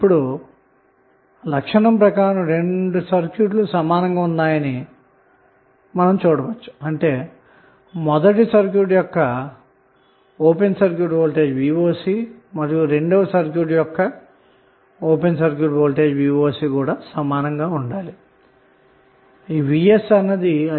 ఇప్పుడు లక్షణం ప్రకారం రెండు సర్క్యూట్లు ఈక్వివలెంట్సమానంగా ఉన్నాయని మనం చూడవచ్చు అంటే మొదటి సర్క్యూట్ యొక్క voc మరియు రెండవ సర్క్యూట్ యొక్క vocరెండూ సమానంగా ఉండాలి అన్న మాట